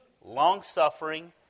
long-suffering